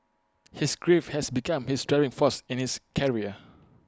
his grief had become his driving force in his career